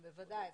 בוודאי.